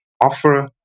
offer